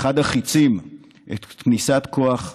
את אחד החיצים,